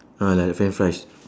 ah like a french fries